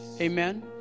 Amen